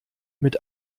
mit